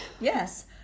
Yes